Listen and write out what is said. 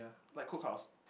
like cookhouse